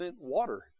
water